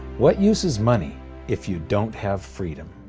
what use is money if you don't have freedom?